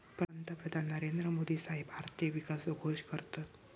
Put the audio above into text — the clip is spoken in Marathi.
पंतप्रधान नरेंद्र मोदी साहेब आर्थिक विकासाचो घोष करतत